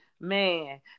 Man